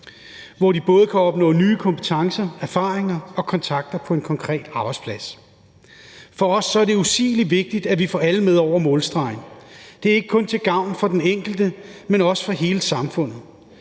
hvor de både kan opnå nye kompetencer, erfaringer og kontakter på en konkret arbejdsplads. For os er det usigelig vigtigt, at vi får alle med over målstregen. Det er ikke kun til gavn for den enkelte, men også for hele samfundet,